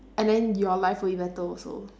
and then your life would be better also